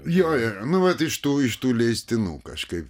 jo jo nu vat iš tų iš tų leistinų kažkaip